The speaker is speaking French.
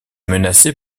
menacée